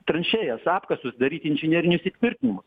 tranšėjas apkasus daryti inžinerinius įtvirtinimus